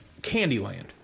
Candyland